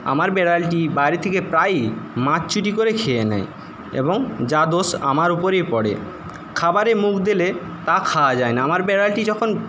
আমার বিড়ালটি বাইরে থেকে প্রায়ই মাছ চুরি করে খেয়ে নেয় এবং যা দোষ আমার ওপরেই পড়ে খাবারে মুখ দিলে তা খাওয়া যায়না আমার বিড়ালটি যখন